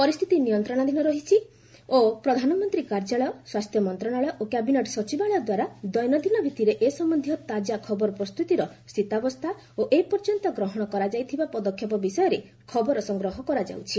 ପରିସ୍ଥିତି ନିୟନ୍ତ୍ରଣାଧୀନ ରହିଛି ଓ ପ୍ରଧାନମନ୍ତ୍ରୀ କାର୍ଯ୍ୟାଳୟ ସ୍ୱାସ୍ଥ୍ୟ ମନ୍ତ୍ରଣାଳୟ ଓ କ୍ୟାବିନେଟ୍ ସଚିବାଳୟଦ୍ୱାରା ଦୈନନ୍ଦିନ ଭିତ୍ତିରେ ଏ ସମ୍ଭନ୍ଧୀୟ ତାଜା ଖବର ପ୍ରସ୍ତୁତିର ସ୍ଥିତାବସ୍ଥା ଓ ଏପର୍ଯ୍ୟନ୍ତ ଗ୍ରହଣ କରାଯାଇଥିବା ପଦକ୍ଷେପ ବିଷୟରେ ଖବର ସଂଗ୍ରହ କରାଯାଉଛି